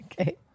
Okay